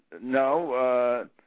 no